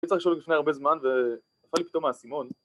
הייתי צריך לשאול לפני הרבה זמן, ונפל לי פתאום האסימון